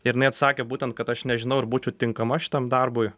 ir jinai atsakė būtent kad aš nežinau ar aš būčiau tinkama šitam darbui